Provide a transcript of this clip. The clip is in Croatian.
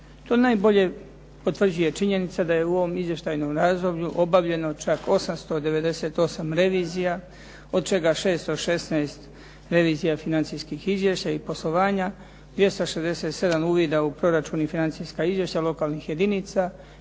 To najbolje potvrđuje činjenica da je u ovom izvještajnom razdoblju obavljeno čak 898 revizija, od čega 616 revizija financijskih izvješća i poslovanja, 267 uvida u proračun i financijska izvješća lokalnih jedinica,